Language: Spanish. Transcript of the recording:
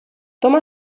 toma